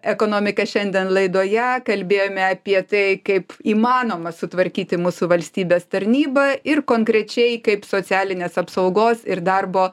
ekonomika šiandien laidoje kalbėjome apie tai kaip įmanoma sutvarkyti mūsų valstybės tarnybą ir konkrečiai kaip socialinės apsaugos ir darbo